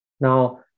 Now